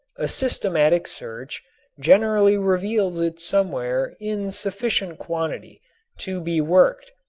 a systematic search generally reveals it somewhere in sufficient quantity to be worked.